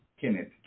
Kenneth